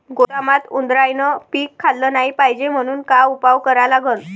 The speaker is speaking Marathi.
गोदामात उंदरायनं पीक खाल्लं नाही पायजे म्हनून का उपाय करा लागन?